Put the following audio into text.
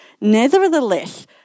Nevertheless